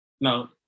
No